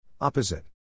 Opposite